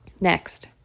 Next